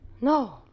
No